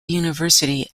university